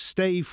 Stay